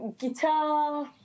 Guitar